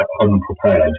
Unprepared